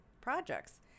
projects